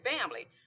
family